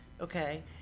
okay